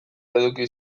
eduki